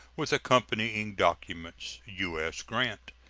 with accompanying documents. u s. grant.